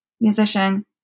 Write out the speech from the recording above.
musician